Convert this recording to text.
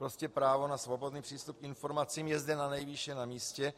Prostě právo na svobodný přístup k informacím je zde nanejvýš na místě.